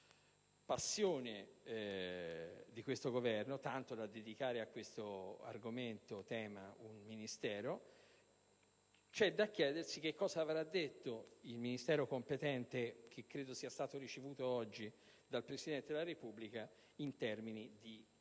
passione di questo Governo al punto tale da dedicarvi un Ministero. C'è da chiedersi che cosa avrà detto il Ministro competente, che credo sia stata ricevuto oggi dal Presidente della Repubblica, in termini di